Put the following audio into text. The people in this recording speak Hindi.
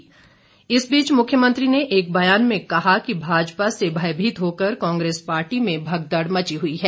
जयराम ठाकुर इस बीच मुख्यमंत्री ने एक बयान में कहा कि भाजपा से भयभीत होकर कांग्रेस पार्टी में भगदड़ मची हई है